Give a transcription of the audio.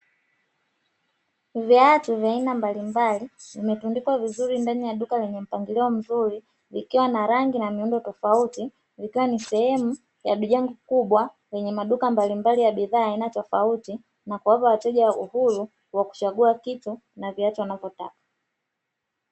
Viatu vya aina mbalimbali vimetundikwa vizuri ndani ya duka lenye mpangilio mzuri vikiwa na rangi na miundo tofauti, vikiwa ni sehemu ya jengo kubwa lenye maduka mbalimbali ya bidhaa ya aina tofauti na kuwapa wateja uhuru wa kuchagua kitu na viatu wanavyotaka.